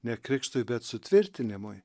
ne krikštui bet sutvirtinimui